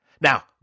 Now